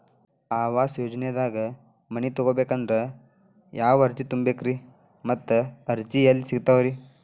ಆವಾಸ ಯೋಜನೆದಾಗ ಮನಿ ತೊಗೋಬೇಕಂದ್ರ ಯಾವ ಅರ್ಜಿ ತುಂಬೇಕ್ರಿ ಮತ್ತ ಅರ್ಜಿ ಎಲ್ಲಿ ಸಿಗತಾವ್ರಿ?